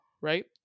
Right